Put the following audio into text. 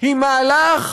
היא מהלך